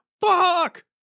Fuck